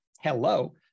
hello